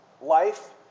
life